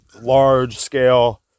large-scale